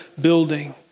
building